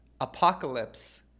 apocalypse